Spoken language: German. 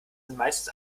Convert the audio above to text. meistens